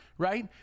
right